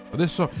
Adesso